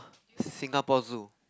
Singapore-Zoo